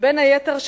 בין היתר,